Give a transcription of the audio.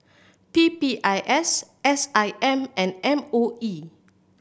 P P I S S I M and M O E